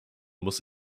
muss